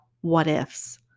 what-ifs